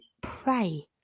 pray